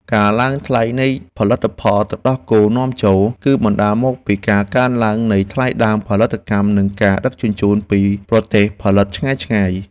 ការឡើងថ្លៃនៃផលិតផលទឹកដោះគោនាំចូល គឺបណ្តាលមកពីការកើនឡើងនៃថ្លៃដើមផលិតកម្ម និងការដឹកជញ្ជូនពីប្រទេសផលិតឆ្ងាយៗ។